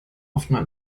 offener